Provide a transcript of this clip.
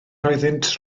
oeddynt